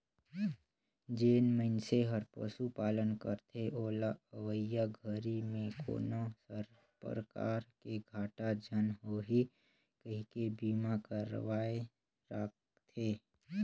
जेन मइनसे हर पशुपालन करथे ओला अवईया घरी में कोनो परकार के घाटा झन होही कहिके बीमा करवाये राखथें